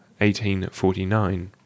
1849